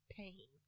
pain